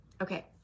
Okay